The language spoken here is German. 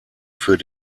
für